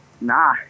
Nah